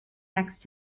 next